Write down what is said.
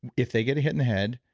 if they get a hit in the head,